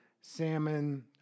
salmon